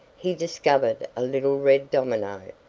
he discovered a little red domino,